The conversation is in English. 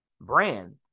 brand